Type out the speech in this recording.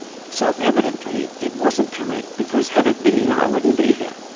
self-evidently, it wasn't correct, because had it been i wouldn't be here.